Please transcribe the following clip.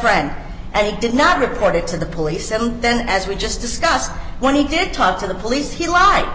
friend and he did not report it to the police and then as we just discussed when he did talk to the police he lied